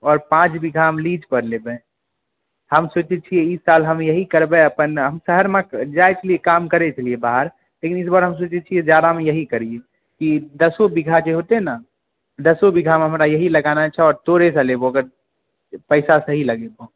आओर पाँच बीघा हम लीजपर लेबै हम सोचै छियै ई साल हम यही करबै अपन हम शहरमे जाइत छलियै काम करैत छलियै बाहर लेकिन इसबार हम सोचै छियै जाड़ामे यही करियै कि दसो बीघा जे होतै ने दसो बीघामे हमरा यही लगाना छै आओर तोरेसँ लेबौ अगर पैसा सही लगेबहो